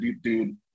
dude